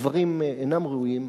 הדברים אינם ראויים.